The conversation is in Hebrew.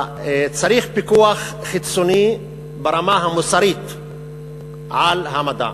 צריך פיקוח חיצוני ברמה המוסרית על המדע.